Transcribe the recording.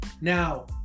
Now